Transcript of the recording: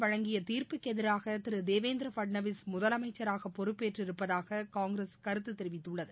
வழங்கிய தீர்ப்புக்கு எதிராக திரு தேவேந்திர பட்னாவிஸ் மக்கள் முதலமைச்சராக பொறுப்பேற்றிருப்பதாக காங்கிரஸ் கருத்து தெரிவித்துள்ளது